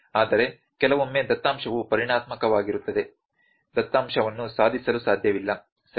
ಆದರೆ ಕೆಲವೊಮ್ಮೆ ದತ್ತಾಂಶವು ಪರಿಮಾಣಾತ್ಮಕವಾಗಿರುತ್ತದೆ ದತ್ತಾಂಶವನ್ನು ಸಾಧಿಸಲು ಸಾಧ್ಯವಿಲ್ಲ ಸರಿ